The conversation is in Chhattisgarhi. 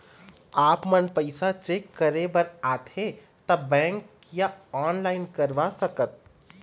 आपमन पैसा चेक करे बार आथे ता बैंक या ऑनलाइन करवा सकत?